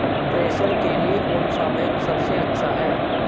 प्रेषण के लिए कौन सा बैंक सबसे अच्छा है?